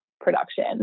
production